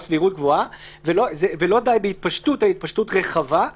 "סבירות גבוהה"; ולא די ב"התפשטות" אלא "התפשטות רחבה";